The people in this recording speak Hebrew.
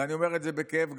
ואני אומר את זה בכאב גדול,